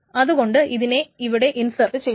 അതുകൊണ്ട് ഇതിനെ ഇവിടെ ഇൻസെർട്ട് ചെയ്യുന്നു